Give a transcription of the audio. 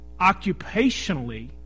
occupationally